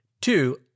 Two